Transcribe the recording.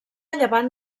llevant